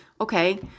Okay